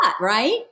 right